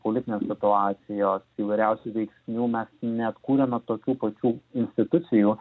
politinės situacijos įvairiausių veiksnių mes neatkūrėme tokių pačių institucijų